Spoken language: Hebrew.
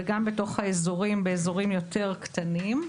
וגם בתוך האזורים באזורים יותר קטנים,